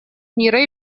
мира